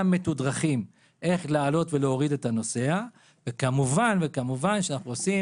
מתודרכים איך להעלות ולהוריד את הנוסע; וכמובן שאנחנו עושים,